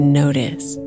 notice